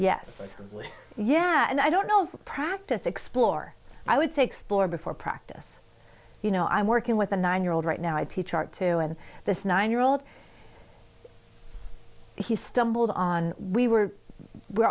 yet yeah i don't know if practice explore i would say explore before practice you know i'm working with a nine year old right now i teach art to and this nine year old he stumbled on we were we're